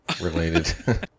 related